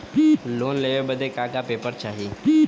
Loan लेवे बदे का का पेपर चाही?